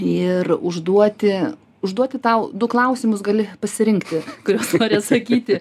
ir užduoti užduoti tau du klausimus gali pasirinkti kuriuos nori atsakyti